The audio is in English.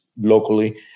locally